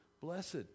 blessed